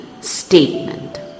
statement